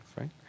right